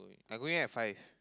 I going at five